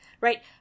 Right